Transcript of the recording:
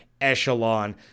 echelon